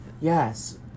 Yes